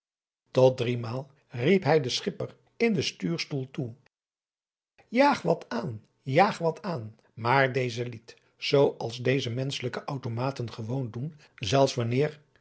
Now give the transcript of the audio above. tot driemaal riep hij den schipper in den stuurstoel toe jaag wat aan jaag wat aan maar deze liet zoo als deze menschelijke automaten gewoonlijk doen zelfs wanneer